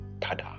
Tada